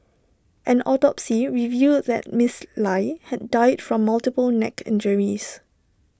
an autopsy revealed that miss lie had died from multiple neck injuries